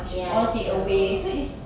ya that's true